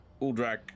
Uldrak